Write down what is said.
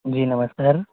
जी नमस्कार